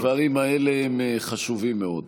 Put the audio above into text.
והדברים האלה הם חשובים מאוד.